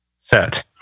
set